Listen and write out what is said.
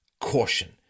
caution